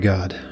God